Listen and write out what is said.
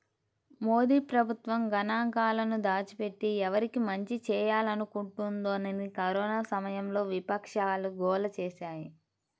మోదీ ప్రభుత్వం గణాంకాలను దాచిపెట్టి, ఎవరికి మంచి చేయాలనుకుంటోందని కరోనా సమయంలో విపక్షాలు గోల చేశాయి